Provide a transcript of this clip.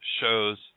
shows